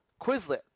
Quizlet